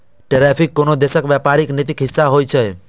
tariff कोनो देशक व्यापारिक नीतिक हिस्सा होइ छै